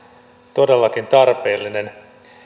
todellakin tarpeellinen